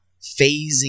phasing